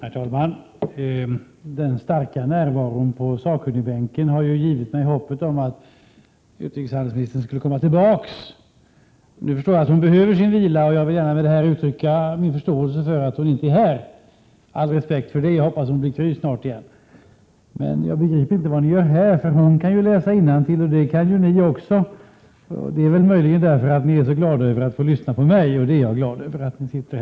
Herr talman! Den starka närvaron på sakkunnigbänken har givit mig hopp om att utrikeshandelsministern skulle komma tillbaka till kammaren. Hon behöver sin vila, och jag vill gärna uttrycka min förståelse för att hon inte är här. Med all respekt för det hoppas jag att hon blir kry snart igen. Jag begriper inte vad ni som sitter på sakkunnigbänken gör här, eftersom både ni och utrikeshandelsministern kan läsa innantill. Det är möjligt att ni är intresserade av att lyssna på mig, och det är jag glad över.